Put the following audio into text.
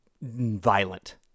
violent